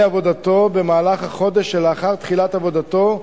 עבודתו במהלך החודש שלאחר תחילת עבודתו,